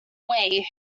way